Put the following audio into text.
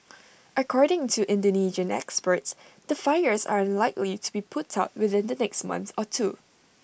according to Indonesian experts the fires are unlikely to be put out within the next month or two